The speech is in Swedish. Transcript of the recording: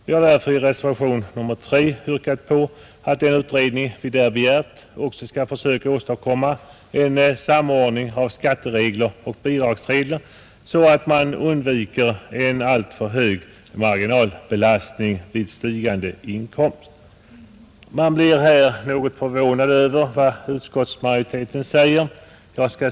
Vi har därför i reservationen 3 yrkat att den utredning som vi där begärt också skall försöka åstadkomma en samordning av skatteregler och bidragsregler så att en alltför hög marginalbelastning vid stigande inkomst kan undvikas. 73 Man blir något förvånad över utskottsmajoritetens uttalande på denna punkt.